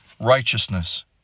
righteousness